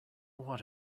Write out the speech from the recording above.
what